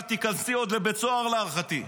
ואת תיכנסי עוד לבית סוהר להערכתי,